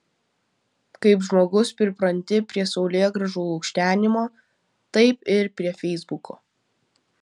kaip žmogus pripranti prie saulėgrąžų lukštenimo taip ir prie feisbuko